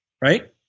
right